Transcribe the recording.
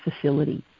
facility